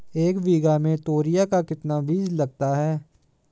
एक बीघा में तोरियां का कितना बीज लगता है?